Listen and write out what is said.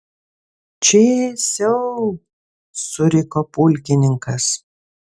čėsiau suriko pulkininkas